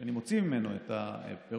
כשאני מוציא ממנו את הפירות,